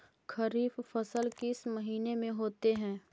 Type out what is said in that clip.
खरिफ फसल किस महीने में होते हैं?